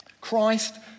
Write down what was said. Christ